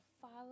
follow